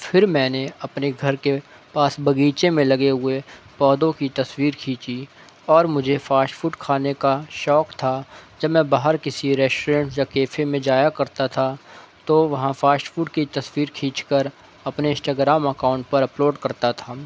پھر میں نے اپنے گھر کے پاس باغیچے میں لگے ہوئے پودوں کی تصویر کھینچی اور مجھے فاسٹ فوڈ کھانے کا شوق تھا جب میں باہر کسی ریسٹورنٹ یا کیفے میں جایا کرتا تھا تو وہاں فاسٹ فوڈ کی تصویر کھینچ کر اپنے انسٹا گرام اکاؤنٹ پر اپلوڈ کرتا تھا